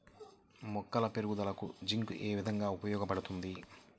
మొక్కల పెరుగుదలకు జింక్ ఏ విధముగా ఉపయోగపడుతుంది?